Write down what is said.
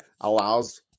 allows